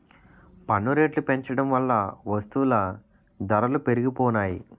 పన్ను రేట్లు పెంచడం వల్ల వస్తువుల ధరలు పెరిగిపోనాయి